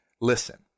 listen